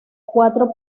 cuatro